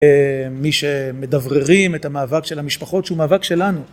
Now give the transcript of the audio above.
מי שמדבררים את המאבק של המשפחות, שהוא מאבק שלנו.